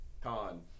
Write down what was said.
Con